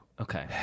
okay